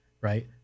right